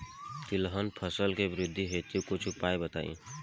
तिलहन फसल के वृद्धि हेतु कुछ उपाय बताई?